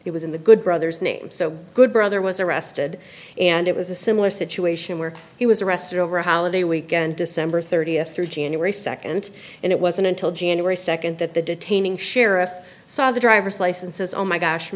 he was in the good brothers name so good brother was arrested and it was a similar situation where he was arrested over a holiday weekend december thirtieth through january second and it wasn't until january second that the detaining sheriff saw the driver's licenses oh my gosh